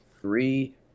three